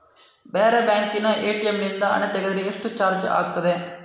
ಬೇರೆ ಬ್ಯಾಂಕಿನ ಎ.ಟಿ.ಎಂ ನಿಂದ ಹಣ ತೆಗೆದರೆ ಎಷ್ಟು ಚಾರ್ಜ್ ಆಗುತ್ತದೆ?